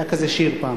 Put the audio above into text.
היה כזה שיר פעם,